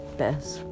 best